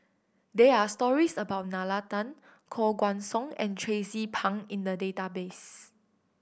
there are stories about Nalla Tan Koh Guan Song and Tracie Pang in the database